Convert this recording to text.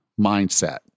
mindset